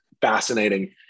fascinating